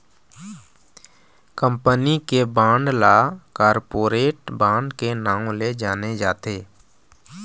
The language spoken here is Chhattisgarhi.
कंपनी के बांड ल कॉरपोरेट बांड के नांव ले जाने जाथे